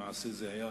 למעשה,